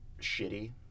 shitty